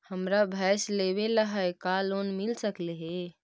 हमरा भैस लेबे ल है का लोन मिल सकले हे?